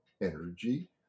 energy